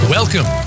Welcome